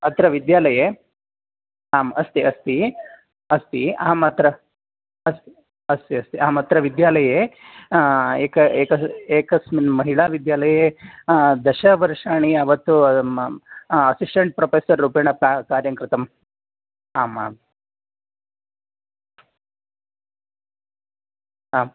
अत्र विद्यालये आम् अस्ति अस्ति अस्ति अहम् अत्र अस् अस्ति अस्ति अहम् अत्र विद्यालये एक एकः एकस्मिन् महिलाविद्यालये दशवर्षाणि यावत् असिस्टेण्ट् प्रोफेसर् रूपेण का कार्यं कृतम् आम् आम् आम्